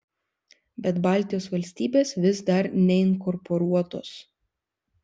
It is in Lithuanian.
bet baltijos valstybės vis dar neinkorporuotos